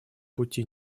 пути